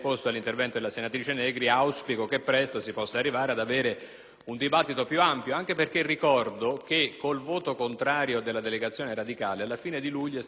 un dibattito più ampio, anche perché ricordo che, con il voto contrario della delegazione radicale, a fine luglio è stato adottato un ordine del giorno in cui si includeva